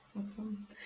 Awesome